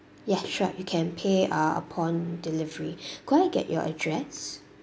ya sure you can pay uh upon delivery could I get your address